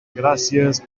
gràcies